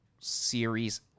series